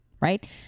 Right